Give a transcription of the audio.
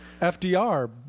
FDR